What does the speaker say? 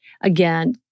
again